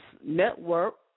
Network